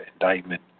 indictment